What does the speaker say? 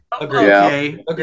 Okay